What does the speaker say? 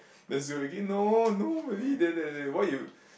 then Shui-Hui no no really then after that say why you